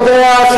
איך הוא מדבר,